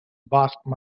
basque